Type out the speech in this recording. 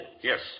Yes